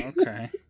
okay